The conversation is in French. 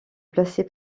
placer